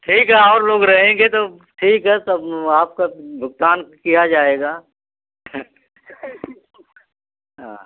ठीक है और लोग रहेंगे तो ठीक है सब आपका प्लान किया जाएगा हाँ